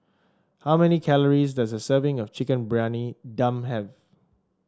how many calories does a serving of Chicken Briyani Dum have